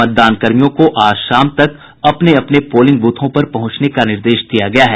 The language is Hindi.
मतदान कर्मियों को आज शाम तक अपने अपने पोलिंग बूथों पर पहुंचने का निर्देश दिया गया है